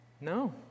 no